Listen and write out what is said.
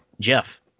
Jeff